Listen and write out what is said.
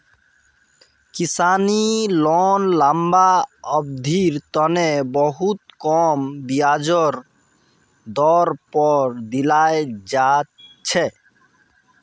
किसानी लोन लम्बा अवधिर तने बहुत कम ब्याजेर दर पर दीयाल जा छे